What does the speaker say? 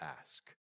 ask